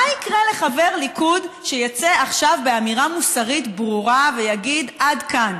מה יקרה לחבר ליכוד שיצא עכשיו באמירה מוסרית ברורה ויגיד: עד כאן,